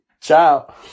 Ciao